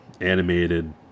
animated